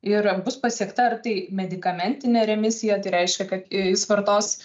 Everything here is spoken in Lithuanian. ir bus pasiekta ar tai medikamentinė remisija tai reiškia kad jis vartos